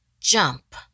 jump